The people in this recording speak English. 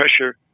pressure